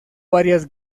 varias